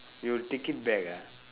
you'll take it back ah